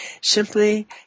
Simply